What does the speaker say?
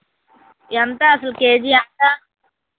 ఎంత అసలు కేజీ ఎంత